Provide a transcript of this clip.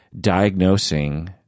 diagnosing